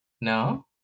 No